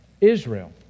Israel